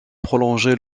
prolongée